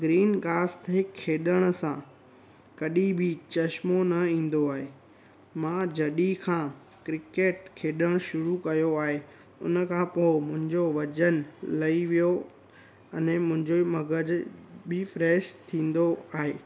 green घास ते खेॾण सां कढी बि चश्मो न ईंदो आहे मां जॾहिं खां क्रिकेट खेॾण शुरू कयो आहे उनखां पोइ मुंहिंजो वजन लही वियो अने मुंहिंजो मगज बि फ्रैश थींदो आहे